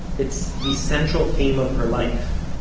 it's the central theme of her life.